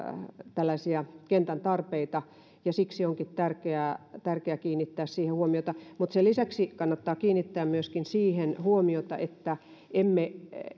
tällaisia kentän tarpeita ja siksi onkin tärkeää tärkeää kiinnittää siihen huomiota sen lisäksi kannattaa kiinnittää huomiota myöskin siihen että emme